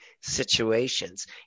situations